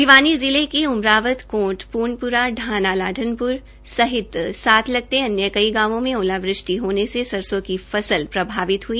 भिवानी जिले के उमरावत कोंटख् प्र्णप्रा ढाणा लाडनप्र सहित साथ लगते कई गांवों में ओलावृष्टि होने से सरसों की फसल प्रभावित हुई